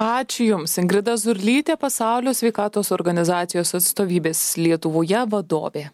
ačiū jums ingrida zurlytė pasaulio sveikatos organizacijos atstovybės lietuvoje vadovė